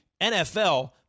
NFL